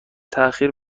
تاخیر